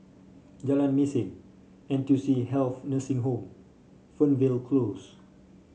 Jalan Mesin N T U C Health Nursing Home Fernvale Close